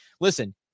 listen